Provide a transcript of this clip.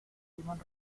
iban